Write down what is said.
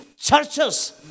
churches